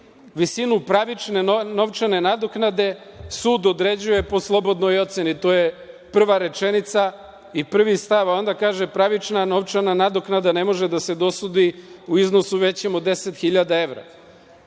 „visinu pravične novčane nadoknade sud određuje po slobodnoj oceni“. To je prva rečenica i prvi stav, a onda kaže: „pravična, novčana nadoknada ne može da se dosudi u iznosu većim od 10.000 evra“.